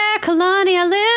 colonialism